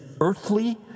earthly